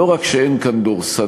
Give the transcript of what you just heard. לא רק שאין כאן דורסנות,